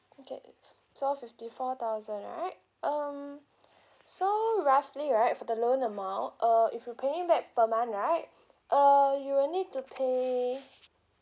okay so fifty four thousand right um so roughly right for the loan amount uh if you paying back per month right uh you will need to pay